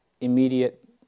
immediate